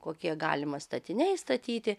kokie galima statiniai statyti